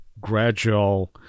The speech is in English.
gradual